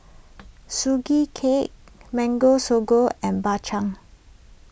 Sugee Cake Mango Sago and Bak Chang